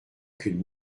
qu’une